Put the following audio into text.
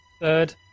third